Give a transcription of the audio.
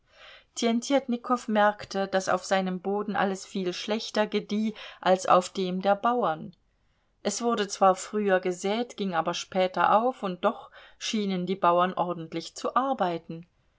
tjentjetnikow merkte daß auf seinem boden alles viel schlechter gedieh als auf dem der bauern es wurde zwar früher gesät ging aber später auf und doch schienen die bauern ordentlich zu arbeiten